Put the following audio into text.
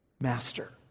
Master